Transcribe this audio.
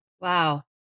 wow